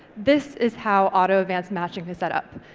this is how auto advanced matching is set up.